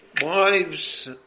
wives